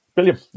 William